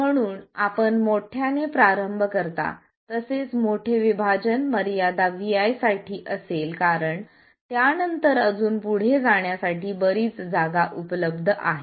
म्हणून आपण मोठ्याने प्रारंभ करता तसे मोठे विभाजन मर्यादा vi साठी असेल कारण त्यानंतर अजून पुढे जाण्यासाठी बरीच जागा उपलब्ध आहेत